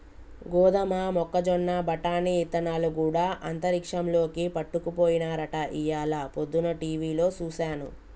గోదమ మొక్కజొన్న బఠానీ ఇత్తనాలు గూడా అంతరిక్షంలోకి పట్టుకపోయినారట ఇయ్యాల పొద్దన టీవిలో సూసాను